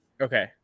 Okay